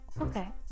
Okay